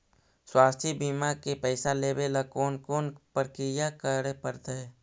स्वास्थी बिमा के पैसा लेबे ल कोन कोन परकिया करे पड़तै?